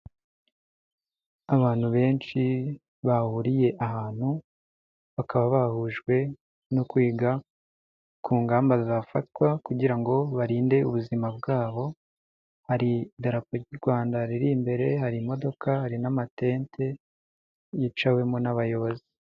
Abantu benshi bahuriye ahantu, bakaba bahujwe no kwiga ku ngamba zafatwa kugira ngo barinde ubuzima bwabo, hari idarapo ry'u Rwanda riri imbere, hari imodoka, hari n'amatente yicawemo n'abayobozi.